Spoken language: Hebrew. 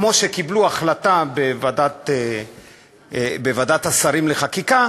כמו שקיבלו החלטה בוועדת השרים לחקיקה: